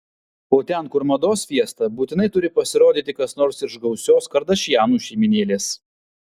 o ten kur mados fiesta būtinai turi pasirodyti kas nors iš gausios kardašianų šeimynėlės